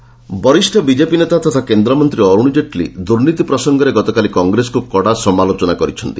ଜେଟ୍ଲି କଂଗ୍ରେସ ବରିଷ୍ଣ ବିଜେପି ନେତା ତଥା କେନ୍ଦ୍ରମନ୍ତ୍ରୀ ଅରୁଣ ଜେଟ୍ଲୀ ଦୁର୍ନୀତି ପ୍ରସଙ୍ଗରେ ଗତକାଲି କଂଗ୍ରେସକୁ କଡ଼ା ସମାଲୋଚନା କରିଛନ୍ତି